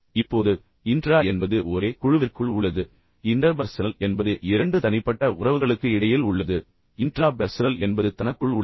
இப்போது இன்ட்ரா என்பது ஒரே குழுவிற்குள் உள்ளது இன்டர்பர்சனல் என்பது இரண்டு தனிப்பட்ட உறவுகளுக்கு இடையில் உள்ளது இன்ட்ரா பெர்சனல் என்பது தனக்குள் உள்ளது